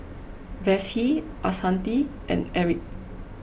Vassie Ashanti and Erick